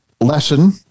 lesson